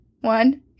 One